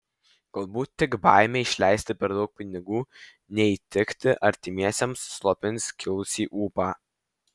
galbūt tik baimė išleisti per daug pinigų neįtikti artimiesiems slopins kilusį ūpą